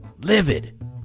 livid